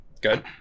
Good